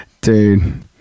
Dude